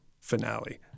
finale